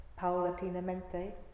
paulatinamente